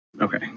Okay